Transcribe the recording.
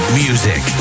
music